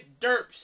derps